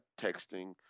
texting